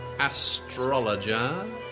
Astrologer